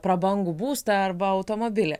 prabangų būstą arba automobilį